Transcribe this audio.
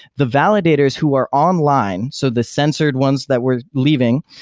the validator's who are online so the censored ones that we're leaving,